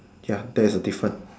ya there's a difference